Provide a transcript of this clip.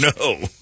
no